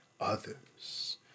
others